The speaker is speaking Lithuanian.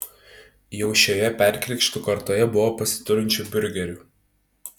jau šioje perkrikštų kartoje buvo pasiturinčių biurgerių